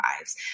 lives